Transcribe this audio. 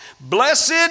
blessed